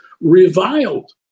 reviled